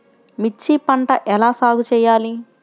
మిర్చి పంట ఎలా సాగు చేయాలి?